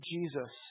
Jesus